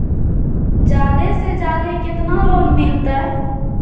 जादे से जादे कितना लोन मिलते?